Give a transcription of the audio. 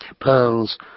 Pearls